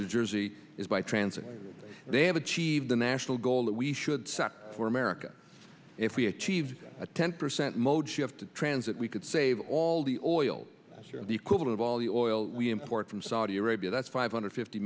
new jersey is by transit they have achieved the national goal that we should set for america if we achieve a ten percent moji have to transit we could save all the oil the equivalent of all the oil we import from saudi arabia that's five hundred fifty